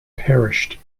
perished